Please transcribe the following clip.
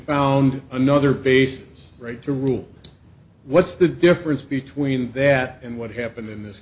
found another basis right to rule what's the difference between that and what happened in this